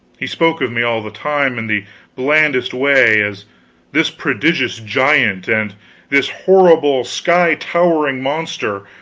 he spoke of me all the time, in the blandest way, as this prodigious giant, and this horrible sky-towering monster,